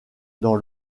dans